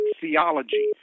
theology